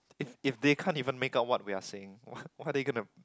if if they can't even make up what we are saying what what they gonna